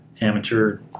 amateur